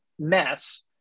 mess